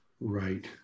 Right